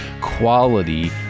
quality